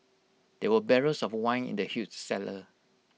there were barrels of wine in the huge cellar